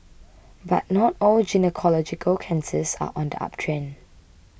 but not all gynaecological cancers are on the uptrend